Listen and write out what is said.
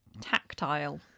tactile